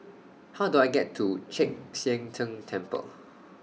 How Do I get to Chek Sian Tng Temple